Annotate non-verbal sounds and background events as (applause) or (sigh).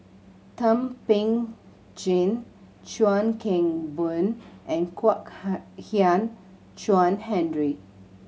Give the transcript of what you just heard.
Thum Ping Tjin Chuan Keng Boon and Kwek (unintelligible) Hian Chuan Henry